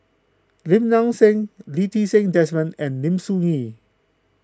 Lim Nang Seng Lee Ti Seng Desmond and Lim Soo Ngee